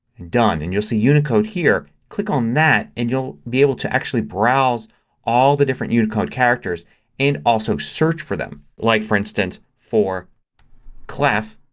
and done. and you'll see unicode here. click on that and you'll be able to actually browse all the different unicode characters and also search for them. like, for instance for clef,